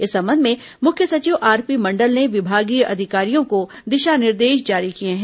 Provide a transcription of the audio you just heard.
इस संबंध में मुख्य सचिव आरपी मंडल ने विभागीय अधिकारियों को दिशा निर्देश जारी किए हैं